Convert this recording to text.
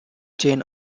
chain